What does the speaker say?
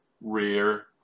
rear